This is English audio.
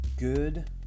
Good